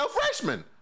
freshman